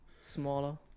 smaller